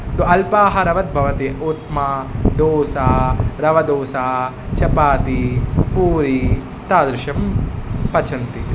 तु अप्लाहारवत् भवति उपमा दोसा रवदोसा चपाती पूरी तादृशं पचन्ति दोसा